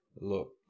Look